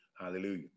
hallelujah